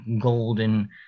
golden